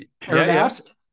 paragraphs